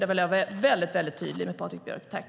Det vill jag vara väldigt tydlig med, Patrik Björck.